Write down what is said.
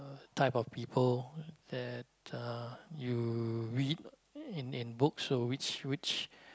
type of people that uh you read in in books so which which